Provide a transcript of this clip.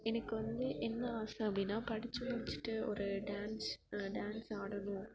எனக்கு வந்து என்ன ஆசை அப்படின்னா படித்து முடிச்சுட்டு ஒரு டான்ஸ் டான்ஸ் ஆடணும்